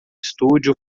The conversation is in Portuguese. studio